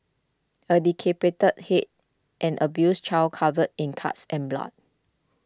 a decapitated head an abused child covered in cuts and blood